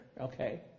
Okay